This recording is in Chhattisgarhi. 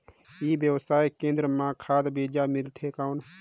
ई व्यवसाय केंद्र मां खाद बीजा मिलथे कौन?